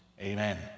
Amen